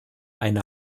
eine